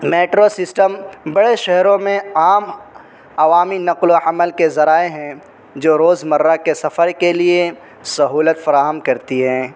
metro system بڑے شہروں میں عام عوامی نقل و حمل کے ذرائع ہیں جو روزمرہ کے سفر کے لیے سہولت فراہم کرتی ہیں